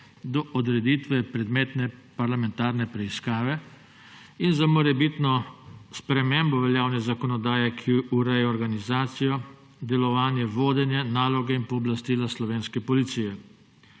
do odreditve predmetne parlamentarne preiskave in za morebitno spremembo veljavne zakonodaje, ki ureja organizacijo, delovanje, vodenje, naloge in pooblastila slovenske policije.